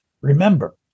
Remember